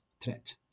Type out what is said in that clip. threat